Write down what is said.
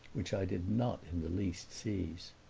which i did not in the least seize.